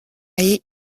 haye